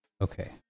Okay